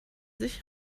sich